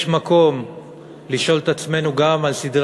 יש מקום לשאול את עצמנו גם על סדרי